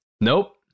Nope